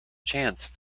chance